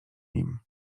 nim